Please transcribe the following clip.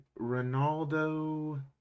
Ronaldo